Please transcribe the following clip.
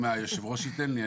אם יושב הראש ייתן לי.